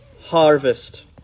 harvest